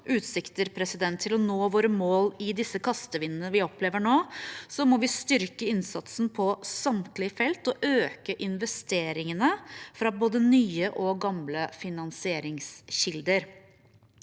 utsikter til å nå våre mål i disse kastevindene vi opplever nå, må vi styrke innsatsen på samtlige felt og øke investeringene fra både nye og gamle finansieringskilder.